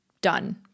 done